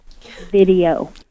video